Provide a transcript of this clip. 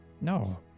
No